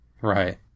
Right